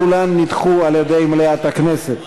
כולן נדחו על-ידי מליאת הכנסת.